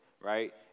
right